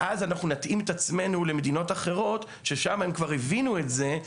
ואז אנחנו נתאים את עצמנו למדינות אחרות ששם הם כבר הבינו את זה.